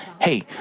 Hey